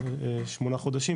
שמונה חודשים,